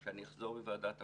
כשאני אחזור מוועדת הפנים,